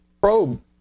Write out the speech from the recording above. probe